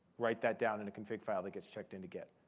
write that down in a config file that gets checked in to get.